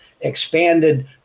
expanded